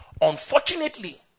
Unfortunately